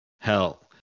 Hell